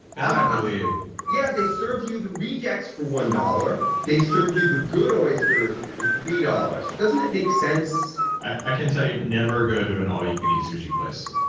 that i believe yeah, they serve you the rejects for one dollar. they serve you the good oysters for three dollars. doesn't it make sense? i can tell you never going to an all you can eat sushi place.